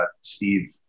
Steve